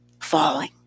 falling